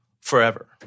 forever